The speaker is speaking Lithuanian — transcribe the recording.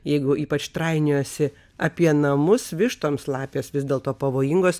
jeigu ypač trainiojosi apie namus vištoms lapės vis dėl to pavojingos